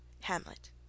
Hamlet